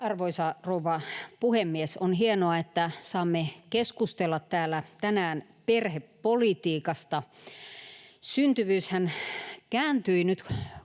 Arvoisa rouva puhemies! On hienoa, että saamme keskustella täällä tänään perhepolitiikasta. Syntyvyyshän kääntyi nyt